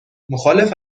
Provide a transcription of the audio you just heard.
مخالف